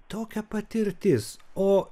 tokia patirtis o